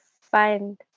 find